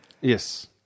Yes